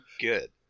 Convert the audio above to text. good